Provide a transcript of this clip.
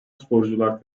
sporcular